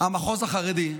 המחוז החרדי,